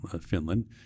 finland